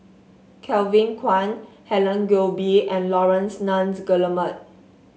Kevin Kwan Helen Gilbey and Laurence Nunns Guillemard